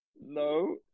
No